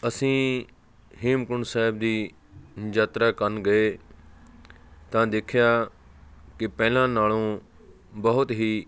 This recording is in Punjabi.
ਅਸੀਂ ਹੇਮਕੁੰਟ ਸਾਹਿਬ ਦੀ ਯਾਤਰਾ ਕਰਨ ਗਏ ਤਾਂ ਦੇਖਿਆ ਕਿ ਪਹਿਲਾਂ ਨਾਲੋਂ ਬਹੁਤ ਹੀ